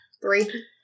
Three